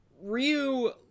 Ryu